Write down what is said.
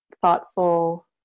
thoughtful